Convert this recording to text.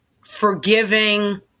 forgiving